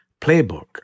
playbook